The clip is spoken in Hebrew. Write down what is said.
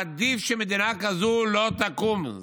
עדיף שמדינה כזאת לא תקום.